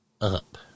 up